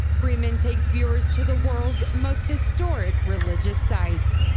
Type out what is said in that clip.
freeman takes viewers to the world's most historic religious sites.